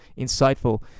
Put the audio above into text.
insightful